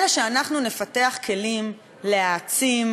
אלא שאנחנו נפתח כלים להעצים,